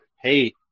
hey